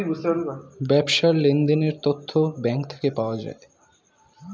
ব্যবসার লেনদেনের তথ্য ব্যাঙ্ক থেকে পাওয়া যায়